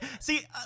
See